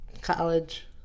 college